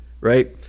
right